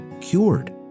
cured